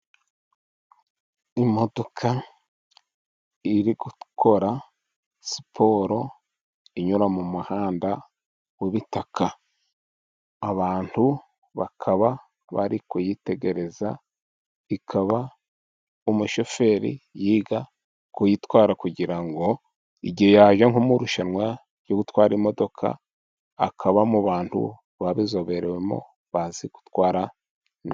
Imodoka iri gukora siporo inyura mu muhanda w'ibitaka. abantu bakaba bari kuyitegereza. Ikaba umushoferi yiga kuyitwara kugira ngo igihe yajya nko mu irushanwa ryo gutwara imodoka, akaba mu bantu babizoberewemo bazi gutwara.